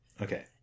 Okay